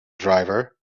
driver